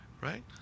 Right